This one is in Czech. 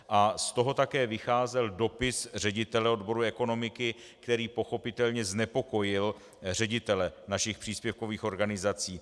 Z toho také vycházel dopis ředitele odboru ekonomiky, který pochopitelně znepokojil ředitele našich příspěvkových organizací.